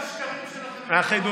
אבל גם השקרים שלכם הם כבר לא חידוש.